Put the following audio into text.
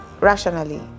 rationally